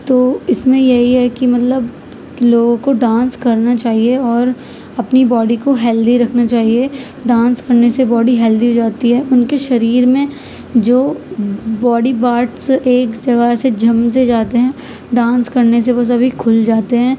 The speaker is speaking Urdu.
تو اس میں یہی ہے کہ مطلب لوگوں کو ڈانس کرنا چاہیے اور اپنی باڈی کو ہیلدی رکھنا چاہیے ڈانس کرے سے باڈی ہیلدی ہو جاتی ہے ان کی شریر میں جو باڈی پارٹس ایک جگہ سے جم سے جاتے ہیں ڈانس کرنے سے وہ سبھی کھل جاتے ہیں